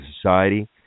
Society